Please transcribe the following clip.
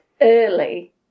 early